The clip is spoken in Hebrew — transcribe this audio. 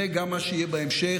זה גם מה שיהיה בהמשך.